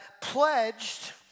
pledged